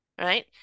Right